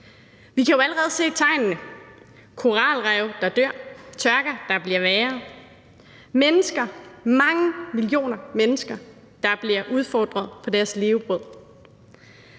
Vi kan jo allerede se tegnene: koralrev, der dør, tørker, der bliver værre, mange millioner mennesker, der bliver udfordret på deres levebrød.